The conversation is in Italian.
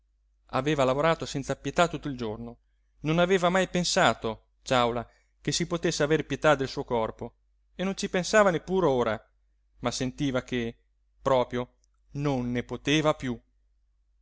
aveva lavorato senza pietà tutto il giorno non aveva mai pensato ciàula che si potesse aver pietà del suo corpo e non ci pensava neppur ora ma sentiva che proprio non ne poteva piú